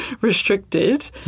restricted